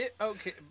Okay